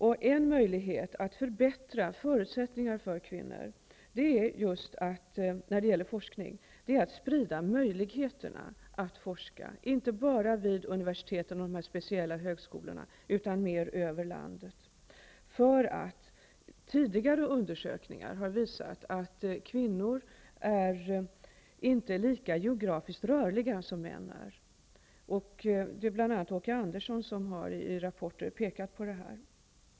Ett sätt att förbättra förutsättningarna för kvinnor när det gäller forskning är att sprida möjligheterna att forska, inte bara vid universiteten och de speciella högskolorna, utan mer över landet. Tidigare undersökningar har visat att kvinnor inte är geografiskt lika rörliga som män. Det har också påpekats i en rapport.